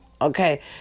Okay